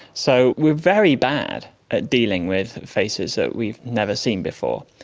so we are very bad at dealing with faces that we've never seen before,